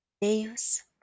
Deus